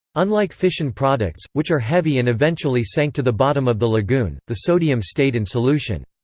unlike fission products, which are heavy and eventually sank to the bottom of the lagoon, the sodium stayed in solution.